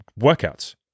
workouts